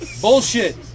Bullshit